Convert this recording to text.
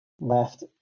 left